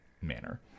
manner